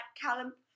Callum